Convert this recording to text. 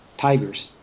tigers